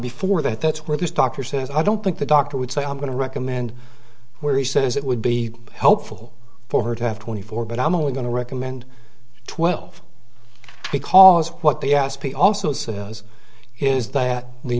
before that that's where this doctor says i don't think the doctor would say i'm going to recommend where he says it would be helpful for her to have twenty four but i'm only going to recommend twelve because what the aspi also says is that the